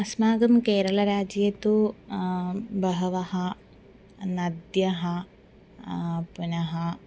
अस्माकं केरळराज्ये तु बह्व्यः नद्यः पुनः